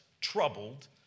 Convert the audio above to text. troubled